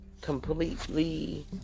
completely